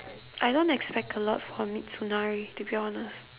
I don't expect a lot from mitsunari to be honest